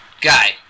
guy